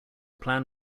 plan